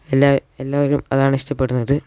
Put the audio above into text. എല്ലാവരും അതാണ് ഇഷ്ടപ്പെടുന്നത്